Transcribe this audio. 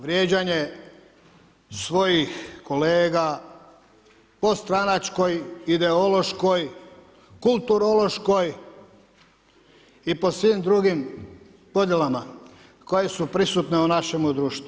Vrijeđanje svojih kolega po stranačkoj, ideološkoj, kulturološkoj i po svim drugim podjelama koje su prisutne u našemu društvu.